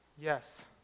Yes